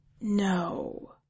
No